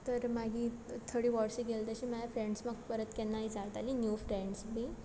तर मागीर थोडी वर्स गेल तशीं म्हाये फ्रॅण्स म्हाका परत केन्ना इचारतालीं न्यू फ्रॅण्स बी